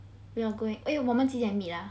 we're going eh 我们几点 meet ah